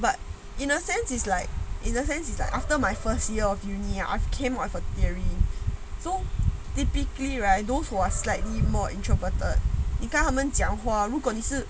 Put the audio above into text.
but in a sense is like in a sense that after my first year of university I've came of a theory so typically right those who are slightly more introverted 你看他们讲话如果你是